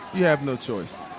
you have no choice.